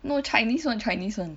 no Chinese [one] Chinese [one]